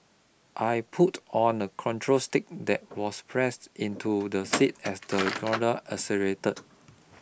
I pulled on a control stick that was pressed into the seat as the gondola accelerated